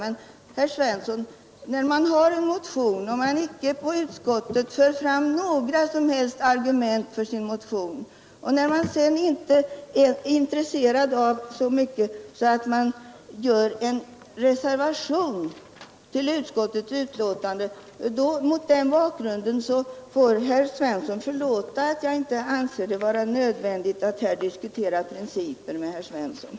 Men, herr Svensson, när man har en motion och inte i utskottet för fram några som helst argument för den och inte är så mycket intresserad att man fogar en reservation vid utskottsbetänkandet, då får herr Svensson förlåta att jag inte anser det nödvändigt att diskutera principerna med honom.